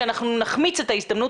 אנחנו נחמיץ את ההזדמנות.